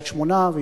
תודה רבה.